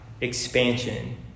expansion